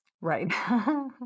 Right